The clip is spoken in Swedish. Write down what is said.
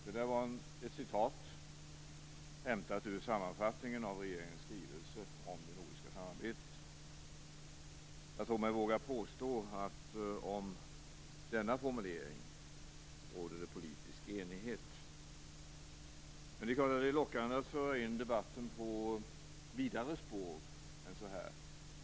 Detta citat är hämtat från sammanfattningen i regeringens skrivelse om det nordiska samarbetet. Jag tror mig våga påstå att det råder politiska enighet om denna formulering. Det är klart att det är lockande att föra in debatten på vidare spår.